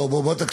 בוא, בוא תקשיב.